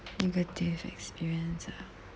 negative experience ah